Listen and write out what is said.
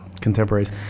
contemporaries